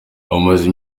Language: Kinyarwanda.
bamaze